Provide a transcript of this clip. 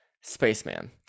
spaceman